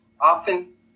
Often